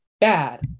bad